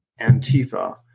Antifa